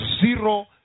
zero